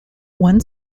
one